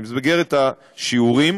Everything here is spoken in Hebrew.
במסגרת השיעורים